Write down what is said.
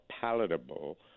palatable